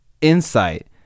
insight